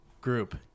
group